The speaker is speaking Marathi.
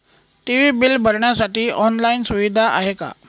टी.वी बिल भरण्यासाठी ऑनलाईन सुविधा आहे का?